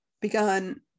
begun